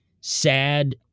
sad